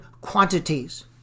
quantities